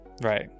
Right